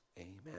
amen